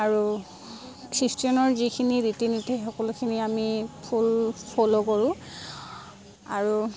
আৰু খ্ৰীষ্টিয়ানৰ যিখিনি ৰীতি নীতি সকলোখিনি আমি ফুল ফলো কৰোঁ আৰু